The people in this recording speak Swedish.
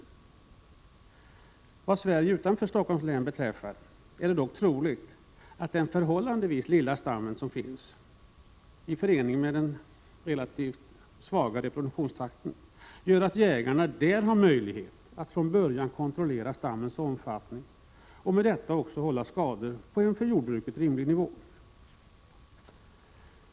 Vad beträffar Sverige utanför Stockholms län är det dock troligt att den förhållandevis lilla stam som finns i förening med den relativt svaga reproduktionen gör att jägarna där har möjlighet att från början kontrollera stammens omfattning och med detta också hålla skadorna på en för jordbruket rimlig nivå.